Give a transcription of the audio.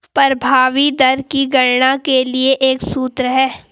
प्रभावी दर की गणना के लिए एक सूत्र है